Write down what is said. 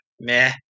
meh